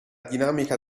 dinamica